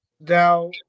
now